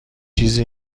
چیزی